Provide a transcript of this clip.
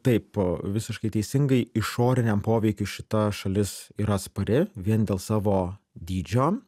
taip visiškai teisingai išoriniam poveikiui šita šalis yra atspari vien dėl savo dydžio